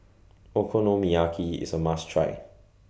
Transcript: Okonomiyaki IS A must Try